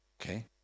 Okay